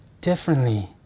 differently